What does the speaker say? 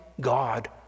God